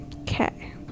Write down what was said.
Okay